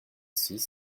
six